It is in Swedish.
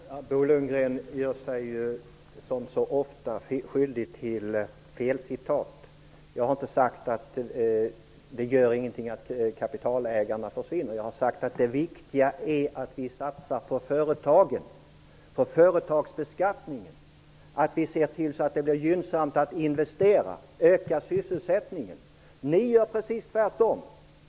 Herr talman! Bo Lundgren gör sig, som så ofta, skyldig till felcitat. Jag har inte sagt att det inte gör något att kapitalägarna försvinner. Jag har sagt att det viktiga är att vi satsar på företagen och företagsbeskattningen. Vi måste se till att det blir gynnsamt att investera och öka sysselsättningen. Ni gör precis tvärtom.